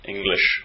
English